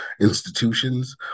institutions